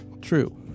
true